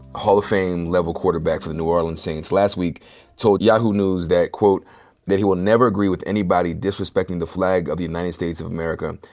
hall of fame level quarterback for the new orleans saints last week told yahoo news that, that he will never agree with anybody disrespecting the flag of the united states of america.